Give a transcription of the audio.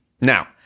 Now